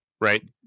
right